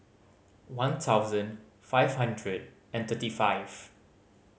one thousand five hundred and thirty five